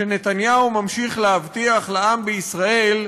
שנתניהו ממשיך להבטיח לעם בישראל,